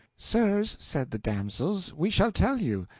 sirs, said the damsels, we shall tell you.